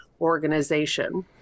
organization